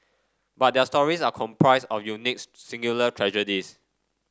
but their stories are composed of unique singular tragedies